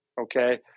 okay